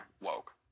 woke